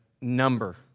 number